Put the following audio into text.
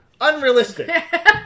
unrealistic